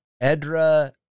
edra